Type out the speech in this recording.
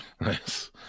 Nice